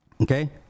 Okay